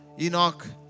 Enoch